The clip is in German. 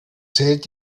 zählt